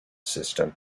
system